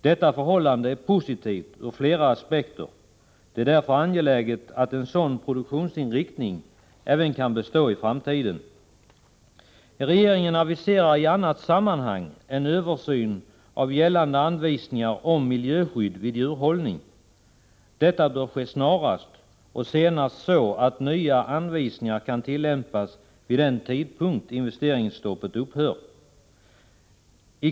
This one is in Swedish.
Detta förhållande är positivt ur flera aspekter. Det är därför angeläget att en sådan produktionsinriktning kan bestå även i framtiden. Regeringen aviserar i annat sammanhang en översyn av gällande anvisningar om miljöskydd vid djurhållning. Detta bör ske snarast, och senast så att nya anvisningar kan tillämpas vid den tidpunkt investeringsstoppet upphävs.